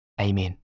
amen